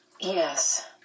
yes